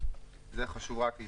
יש לי